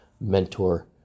mentor